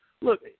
look